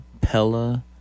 Pella